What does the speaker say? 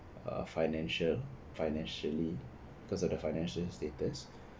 uh financial financially because of the financial status